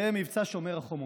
הסתיים מבצע שומר החומות.